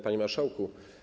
Panie Marszałku!